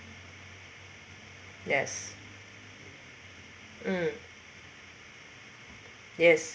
yes mm yes